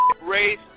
Race